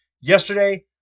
yesterday